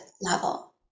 level